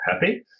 happy